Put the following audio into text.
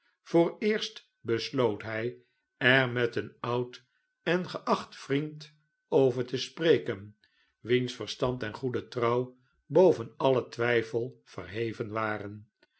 besloot hij er met een oud en geacht vriend over te spreken wiens verstand en goede trouw boven alien twijfel verheven waren